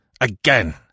again